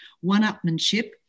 one-upmanship